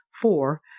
Four